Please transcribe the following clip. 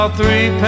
three